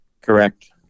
Correct